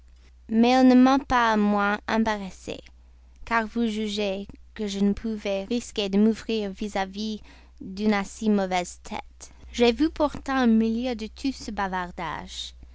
mais elle ne m'en a pas moins embarrassée car vous jugez que je ne pouvais risquer de m'ouvrir vis-à-vis d'une aussi mauvaise tête j'ai vu pourtant au milieu de tout ce bavardage